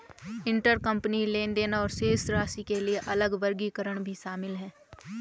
intercompany लेनदेन और शेष राशि के लिए अलग वर्गीकरण भी शामिल हैं